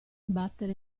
battere